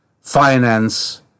finance